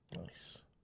Nice